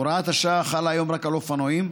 הוראת השעה חלה היום רק על אופנועים,